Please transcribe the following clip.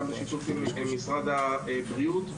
גם בשיתוף משרד הבריאות.